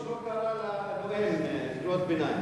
חבל שהיושב-ראש לא קרא לנואם קריאות ביניים.